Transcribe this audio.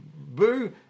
Boo